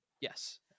Yes